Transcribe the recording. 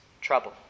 trouble